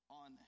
on